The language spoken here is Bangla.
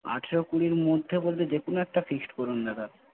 আঠেরো কুড়ির মধ্যে বলতে যে কোনো একটা ফিক্সড করুন দাদা